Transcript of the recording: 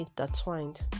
intertwined